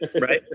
right